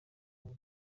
bose